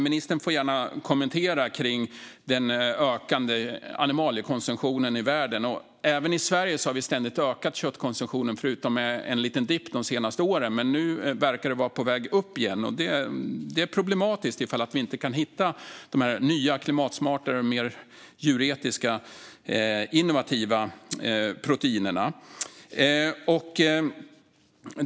Ministern får gärna kommentera den ökande animaliekonsumtionen i världen. Förutom en liten dipp de senaste åren har vi även i Sverige ständigt ökat köttkonsumtionen, och nu verkar den vara på väg upp igen. Det är problematiskt om vi inte kan hitta nya, klimatsmarta, mer djuretiska och innovativa proteiner.